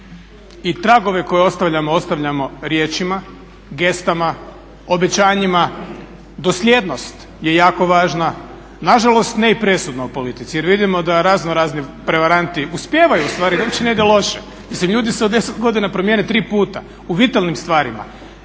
i tragove koje ostavljamo, ostavljamo riječima, gestama, obećanjima, dosljednost je jako važna, nažalost ne i presudna u politici jer vidimo da raznorazni prevaranti uspijevaju ostvariti, uopće ne ide loše. Mislim ljudi se u 10 godina promijene tri puta u vitalnim stvarima.